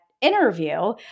interview